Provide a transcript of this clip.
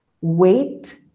wait